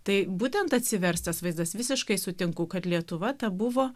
tai būtent atsiverstas vaizdas visiškai sutinku kad lietuva ta buvo